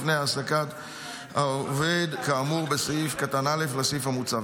לפני העסקת העובד כאמור בסעיף קטן (א) לסעיף המוצע.